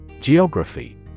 Geography